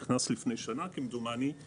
נכנסה כמדומני לפני שנה,